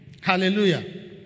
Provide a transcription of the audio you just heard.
Hallelujah